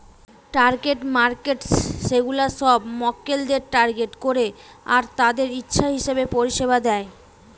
target markets সেগুলা সব মক্কেলদের টার্গেট করে আর তাদের ইচ্ছা হিসাবে পরিষেবা দেয়